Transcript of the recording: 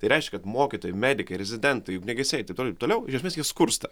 tai reiškia kad mokytojai medikai rezidentai ugniagesiai ir taip toliau ir taip toliau iš esmės jie skursta